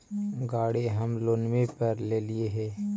गाड़ी हम लोनवे पर लेलिऐ हे?